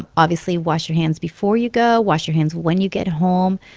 um obviously, wash your hands before you go. wash your hands when you get home.